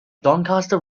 doncaster